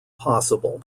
possible